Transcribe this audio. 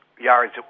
yards